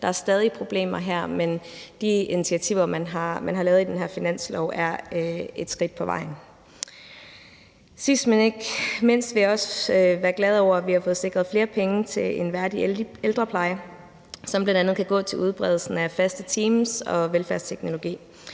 Der er stadig problemer her, men de initiativer, man har lavet med den her finanslov, er et skridt på vejen. Sidst, men ikke mindst, vil jeg også være glad over, at vi har fået sikret flere penge til en værdig ældrepleje, som bl.a. kan gå til udbredelsen af faste teams og velfærdsteknologi.